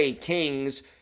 Kings